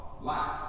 life